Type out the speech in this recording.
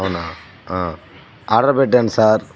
అవునా ఆర్డర్ పెట్టాను సార్